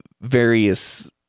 various